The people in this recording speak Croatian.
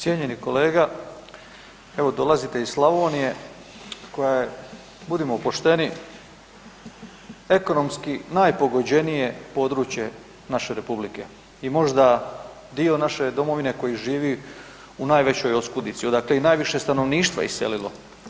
Cijenjeni kolega, evo dolazite iz Slavonije koja je budimo pošteni ekonomski najpogođenije područje naše Republike i možda dio naše domovine koji živi u najvećoj oskudici, odakle je i najviše stanovništva iselilo.